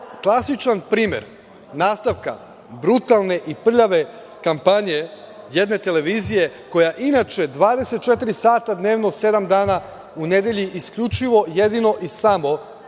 klasičan primer nastavka brutalne i prljave kampanje jedne televizije koja inače 24 sata dnevno, sedam dana u nedelji, isključivo, jedino i samo